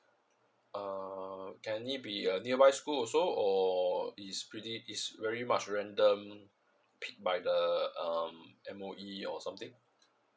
uh can it be a nearby school also or is really is very much random pick by the um M_O_E or something